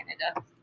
Canada